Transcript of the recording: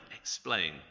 explain